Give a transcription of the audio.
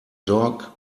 dog